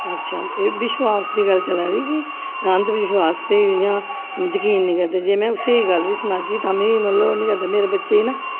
अच्छा एह् विश्वास दी गल्ल चला दी कि अंधविश्वास बी इ'यां जकीन नेईं करदे जे में उसी एह् गल्ल बी सनाह्गी तां बी मतलब ओह् नेईं करदा मेरे बच्चे गी न